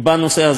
שמתבצעים.